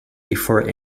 before